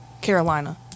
Carolina